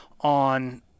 on